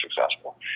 successful